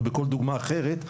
או בכל דוגמא אחרת,